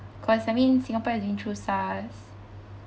cause I mean Singapore has been through SARS